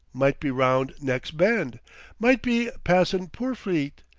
might be round nex' bend might be passin' purfleet.